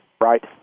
Right